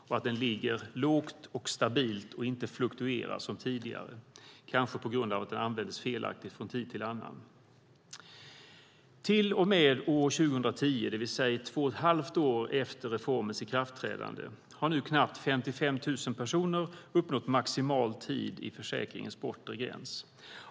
Den ska ligga lågt och stabilt och inte fluktuera som tidigare - kanske på grund av att den användes felaktigt från tid till annan. Till och med år 2010, det vill säga två och ett halvt år efter reformens ikraftträdande, har nu knappt 55 000 personer uppnått maximal tid i försäkringens bortre gräns.